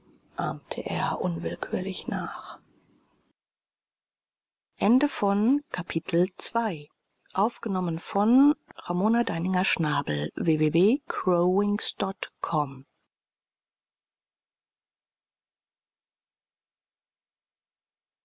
er unwillkürlich nach